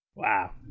Wow